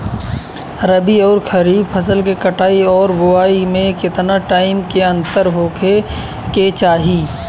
रबी आउर खरीफ फसल के कटाई और बोआई मे केतना टाइम के अंतर होखे के चाही?